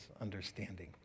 understanding